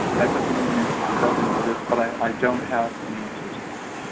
but doesn't mean it doesn't exist but i don't have an answer to that.